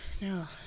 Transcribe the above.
no